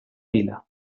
vila